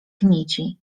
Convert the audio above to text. nici